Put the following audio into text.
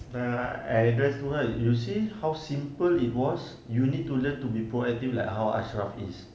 I I address to her you see how simple it was you need to learn to be proactive like how ashraf is